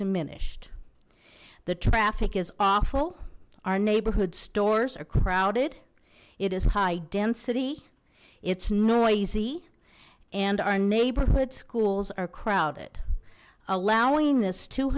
diminished the traffic is awful our neighborhood stores are crowded it is high density it's noisy and our neighborhood schools are crowded allowing this two